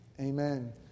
Amen